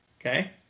Okay